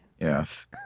Yes